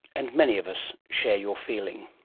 and many of us share your feeling.